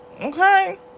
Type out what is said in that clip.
okay